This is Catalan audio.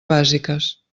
bàsiques